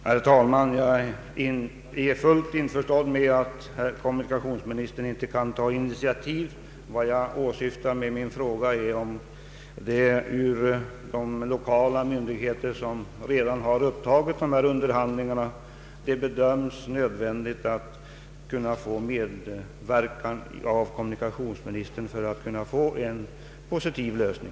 Herr talman! Jag är fullt införstådd med det faktum att kommunikationsminister Norling inte kan ta något initiativ. Vad jag åsyftar med min fråga är om statsrådet är beredd att försöka medverka därest man, vid de underhandlingar som redan har upptagits av de lokala myndigheterna, bedömer det som nödvändigt med kommunika tionsministerns medverkan för = att kunna uppnå en positiv lösning.